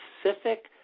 specific